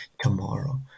tomorrow